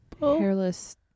hairless